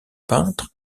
peintre